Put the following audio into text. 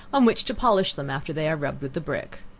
on which to polish them after they are rubbed with the brick.